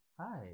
Hi